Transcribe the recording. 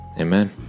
amen